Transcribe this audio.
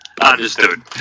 Understood